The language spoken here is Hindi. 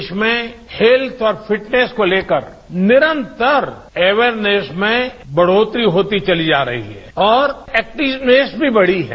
देश में हैल्थ और फिटनेस को लेकर निरतंर अवेयरनेस में बढ़ोतरी होती चली जा रही है और एक्टिवनेस भी बढ़ी है